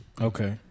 Okay